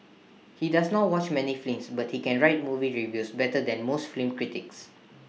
he does not watch many films but he can write movie reviews better than most film critics